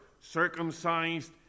circumcised